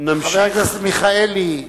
חבר הכנסת מיכאלי,